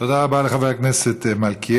תודה רבה לחבר הכנסת מלכיאלי.